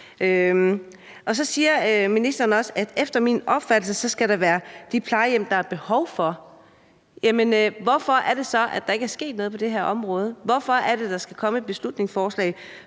Og så siger ministeren også: Efter min opfattelse skal der være de plejehjem, der er behov for. Jamen hvorfor er det så, at der ikke er sket noget på det her område? Hvorfor er det, der skal komme et beslutningsforslag,